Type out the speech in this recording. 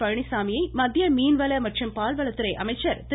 பழனிச்சாமியை மத்திய மீன்வள மற்றம் பால்வளத்துறை அமைச்சர் திரு